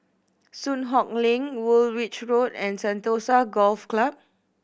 Soon Hock Lane Woolwich Road and Sentosa Golf Club